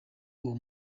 uwo